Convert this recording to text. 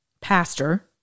pastor